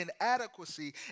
inadequacy